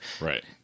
Right